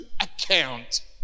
account